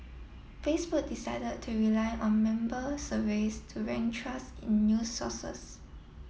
Facebook decide to rely on member surveys to rank trust in news sources